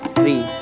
three